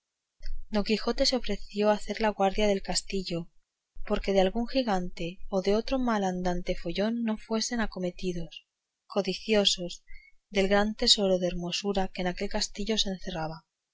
don quijote se ofreció a hacer la guardia del castillo porque de algún gigante o otro mal andante follón no fuesen acometidos codiciosos del gran tesoro de hermosura que en aquel castillo se encerraba